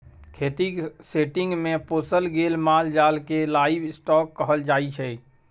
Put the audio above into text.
खेतीक सेटिंग्स मे पोसल गेल माल जाल केँ लाइव स्टाँक कहल जाइ छै